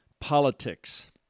politics